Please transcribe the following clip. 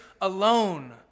alone